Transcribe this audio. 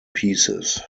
pieces